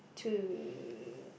to